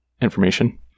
information